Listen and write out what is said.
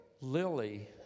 lily